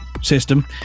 System